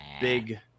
big –